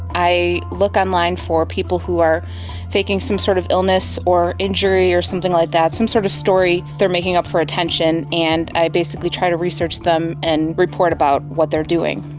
i look online for people who are faking some sort of illness or injury or something like that, some sort of story they are making up for attention, and i basically try to research them and report about what they are doing.